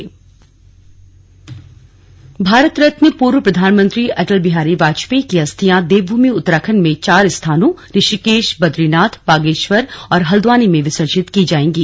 अस्थि कलश अजय भारत रत्न पूर्व प्रधानमंत्री अटल बिहारी वाजपेयी की अस्थियां देवभूमि उत्तराखंड में चार स्थानों ऋषिकेश बदरीनाथ बागेश्वर और हल्द्वानी में विसर्जित की जाएंगी